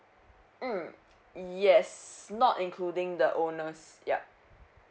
mm yes not including the owners yup